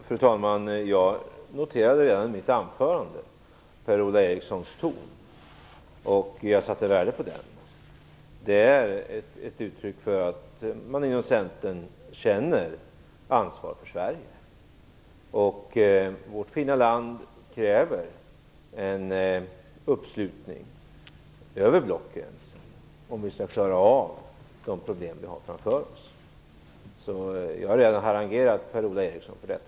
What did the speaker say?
Fru talman! Redan i mitt anförande noterade jag Per Ola Erikssons ton, och jag satte värde på den. Den är ett uttryck för att man inom Centern känner ansvar för Sverige. Vårt fina land kräver en uppslutning över blockgränserna, om vi skall klara av de problem vi har framför oss. Jag har redan harangerat Per-Ola Eriksson för detta.